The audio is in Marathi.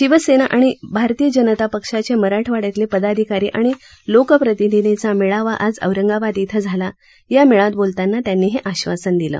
शिवसेना आणि भारतीय जनता पक्षाचे मराठवाड्यातले पदाधिकारी आणि लोकप्रतिनिधींचा मेळावा आज औरंगाबाद इथं झाला या मेळाव्यात बोलतांना त्यांनी हे आश्वासन दिलं